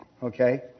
Okay